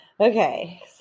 Okay